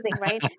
Right